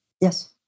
yes